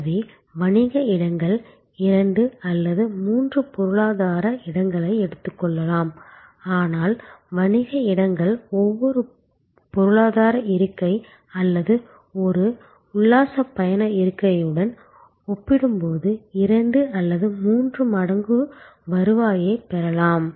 எனவே வணிக இடங்கள் இரண்டு அல்லது மூன்று பொருளாதார இடங்களை எடுத்துக்கொள்ளலாம் ஆனால் வணிக இடங்கள் ஒரு பொருளாதார இருக்கை அல்லது ஒரு உல்லாசப் பயண இருக்கையுடன் ஒப்பிடும்போது இரண்டு அல்லது மூன்று மடங்கு வருவாயைப் பெறலாம்